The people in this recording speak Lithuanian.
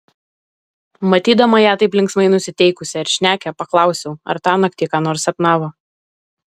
matydama ją taip linksmai nusiteikusią ir šnekią paklausiau ar tąnakt ji ką nors sapnavo